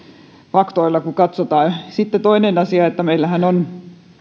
faktoilla kun katsotaan sitten toinen asia meillähän on